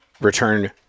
return